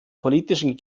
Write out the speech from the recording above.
politischen